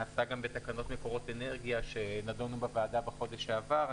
נעשה גם בתקנות מקורות אנרגיה שנדונו בוועדה בחודש שעבר.